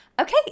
Okay